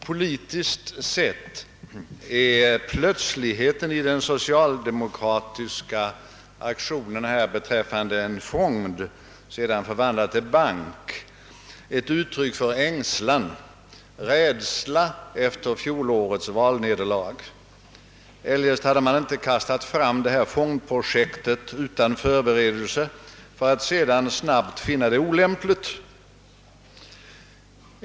Politiskt sett är plötsligheten i den socialdemokratiska aktionen beträffande en fond, sedan förvandlad till bank, ett uttryck för ängslan och rädsla efter fjolårets valnederlag. Eljest hade man inte kastat fram detta fondprojekt utan förberedelse för att sedan snabbt finna det olämpligt.